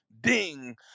ding